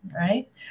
right